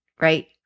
right